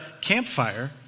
campfire